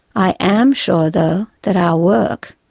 i am sure though that our work,